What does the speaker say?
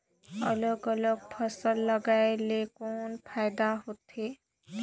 अलग अलग फसल लगाय ले कौन फायदा होथे?